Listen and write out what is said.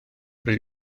bryd